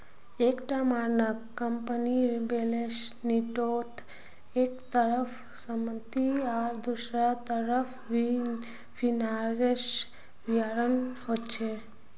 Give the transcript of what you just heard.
एक टा मानक कम्पनीर बैलेंस शीटोत एक तरफ सम्पति आर दुसरा तरफ फिनानासेर विवरण होचे